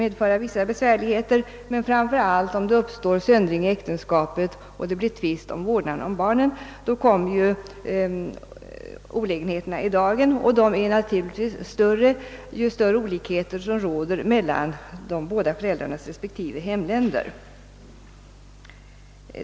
uppstå vissa besvärligheter, men framför allt om det uppstår söndring i äktenskapet och det blir tvist om vårdnaden om barnen så kommer ju olägenheterna i dagen, och dessa blir större ju större olikheter som råder mellan de båda föräldrarnas respektive hemländer.